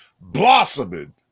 Blossoming